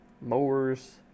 mowers